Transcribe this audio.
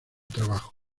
trabajo